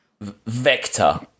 Vector